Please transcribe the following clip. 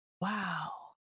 wow